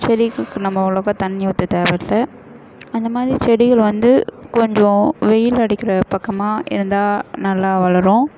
செடிகளுக்கு நம்ப அவ்வளவாக தண்ணி ஊற்ற தேவையில்லை அந்தமாதிரி செடிகள் வந்து கொஞ்சம் வெயில் அடிக்கிற பக்கமாக இருந்தால் நல்லா வளரும்